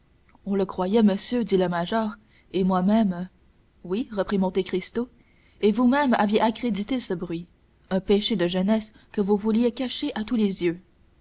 on le croyait monsieur dit le major et moi-même oui reprit monte cristo et vous-même aviez accrédité ce bruit un péché de jeunesse que vous vouliez cacher à tous les yeux